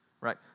right